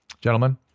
gentlemen